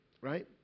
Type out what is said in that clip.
right